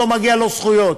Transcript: לא מגיעות לו זכויות.